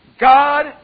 God